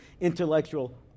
intellectual